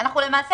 למעשה,